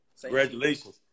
Congratulations